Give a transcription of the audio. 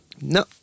No